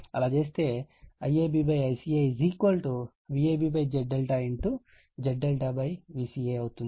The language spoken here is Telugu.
అలా చేస్తేIABICAVabZZVca అవుతుంది